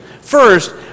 First